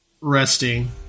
resting